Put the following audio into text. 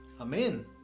Amen